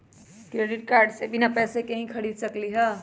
Credit card से बिना पैसे के ही खरीद सकली ह?